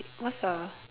what's the